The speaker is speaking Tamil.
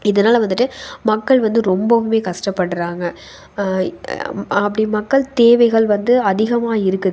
இதனால் வந்துட்டு மக்கள் வந்து ரொம்பவுமே கஷ்டப்படறாங்க அப்படி மக்கள் தேவைகள் வந்து அதிகமாக இருக்குது